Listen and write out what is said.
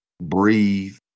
breathe